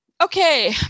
Okay